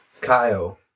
Kyle